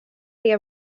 via